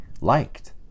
liked